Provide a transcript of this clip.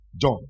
John